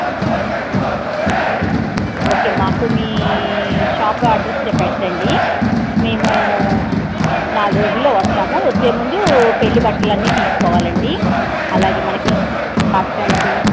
okay మాకు మీ shop address పెట్టండి మేము నాలుగు రోజుల్లో వస్తాము వచ్చే ముందు పెళ్ళి బట్టలు అన్నీ తీసుకోవాలండీ అలాగే మనకి కర్టెన్సు